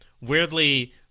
weirdly